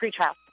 Pretrial